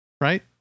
Right